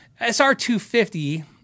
SR250